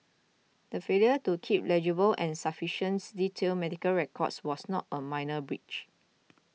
the failure to keep legible and sufficiency detailed medical records was not a minor breach